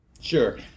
Sure